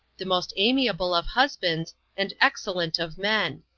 the most amiable of husbands and excellent of men.